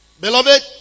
Beloved